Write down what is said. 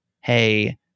Hey